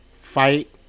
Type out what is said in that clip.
fight